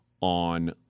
on